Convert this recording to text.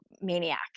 maniac